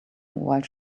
while